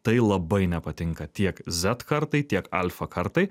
tai labai nepatinka tiek zet kartai tiek alfa kartai